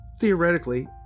theoretically